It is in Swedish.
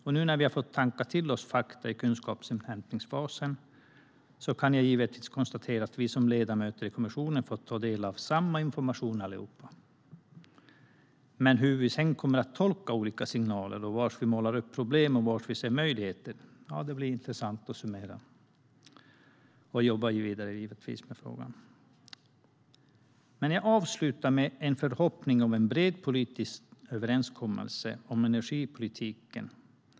Efter att ha tankat in fakta i kunskapsinhämtningsfasen kan jag konstatera att vi ledamöter i kommissionen har fått ta del av samma information allihop. Hur vi sedan kommer att tolka olika signaler och var vi målar upp problem och var vi ser möjligheter blir intressant att summera och jobba vidare med. Jag avslutar med en förhoppning om att vi i kommissionen ska nå en bred politisk överenskommelse om energipolitiken.